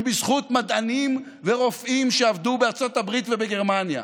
הם בזכות מדענים ורופאים שעבדו בארצות הברית ובגרמניה.